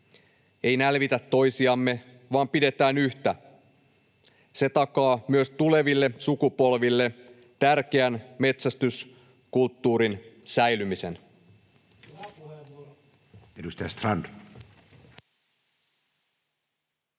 Ei nälvitä toisiamme, vaan pidetään yhtä. Se takaa myös tuleville sukupolville tärkeän metsästyskulttuurin säilymisen.